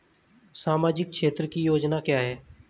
सामाजिक क्षेत्र की योजना क्या है?